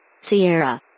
Sierra